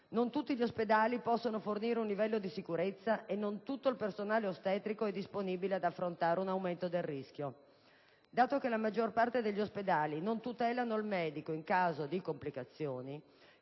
Non tutti gli ospedali possono fornire un livello di sicurezza e non tutto il personale ostetrico è disponibile ad affrontare un aumento del rischio. Dato che la maggior parte degli ospedali non tutelano il medico in caso di complicazioni,